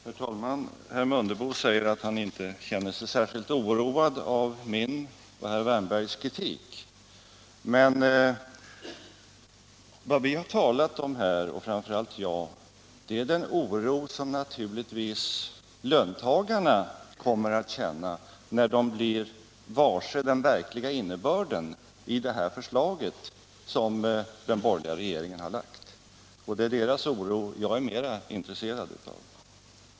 Herr talman! Herr Mundebo säger att han inte känner sig särskilt oroad av min och herr Wärnbergs kritik. Men vad vi har talat om här är den oro som löntagarna naturligtvis kommer att känna när de blir varse den verkliga innebörden i det förslag som den borgerliga regeringen har lagt fram. Det är deras oro jag är mest intresserad av.